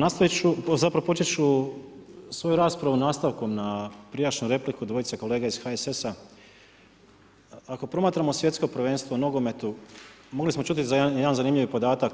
Nastaviti ću, zapravo početi ću svoju raspravu nastavkom na prijašnju repliku dvojice kolega iz HSS-a, ako promatramo svjetsko prvenstvo u nogometu, mogli smo čuti za jedan zanimljivi podatak,